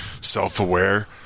self-aware